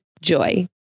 Joy